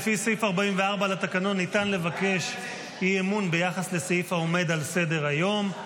לפי סעיף 44 לתקנון ניתן לבקש אי-אמון ביחס לסעיף העומד על סדר-היום.